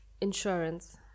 insurance